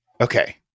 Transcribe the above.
Okay